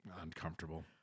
Uncomfortable